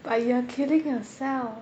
but you are killing yourself